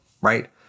right